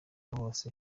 bose